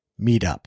meetup